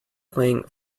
playing